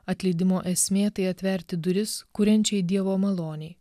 atleidimo esmė tai atverti duris kuriančio dievo malonei